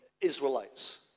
Israelites